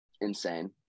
Insane